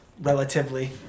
relatively